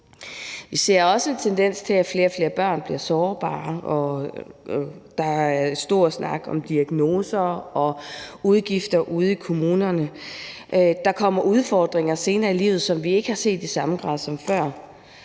Vi ser også en tendens til, at flere og flere børn bliver sårbare, og der er megen snak om diagnoser og udgifter ude i kommunerne. Der kommer udfordringer senere i livet, som vi ikke i samme grad har